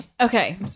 okay